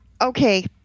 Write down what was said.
Okay